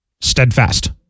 steadfast